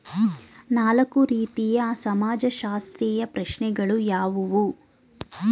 ನಾಲ್ಕು ರೀತಿಯ ಸಮಾಜಶಾಸ್ತ್ರೀಯ ಪ್ರಶ್ನೆಗಳು ಯಾವುವು?